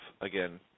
again